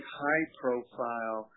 high-profile